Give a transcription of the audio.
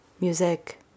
Music